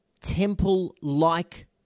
temple-like